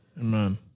Amen